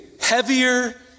heavier